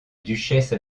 duchesse